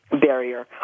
barrier